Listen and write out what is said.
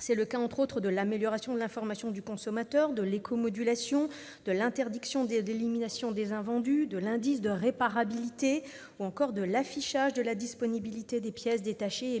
C'est le cas de l'amélioration de l'information du consommateur, de l'éco-modulation, de l'interdiction de l'élimination des invendus, de l'indice de réparabilité ou de l'affichage de la disponibilité des pièces détachées.